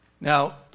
Now